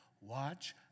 watch